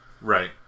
Right